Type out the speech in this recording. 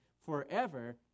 forever